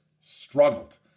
struggled